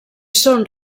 són